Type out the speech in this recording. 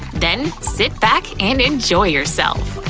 then sit back and enjoy yourself.